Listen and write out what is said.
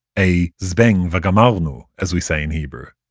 a zbeng ve'gamarnu, as we say in hebrew.